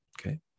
Okay